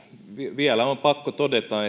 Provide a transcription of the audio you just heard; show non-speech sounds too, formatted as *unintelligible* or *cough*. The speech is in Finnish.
vielä on pakko todeta *unintelligible*